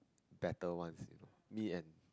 better ones me and